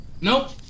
Nope